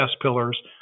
pillars